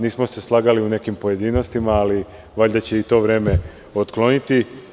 Nismo se slagali u nekim pojedinostima, ali valjda će i to vreme otkloniti.